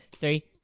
Three